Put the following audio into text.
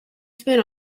spin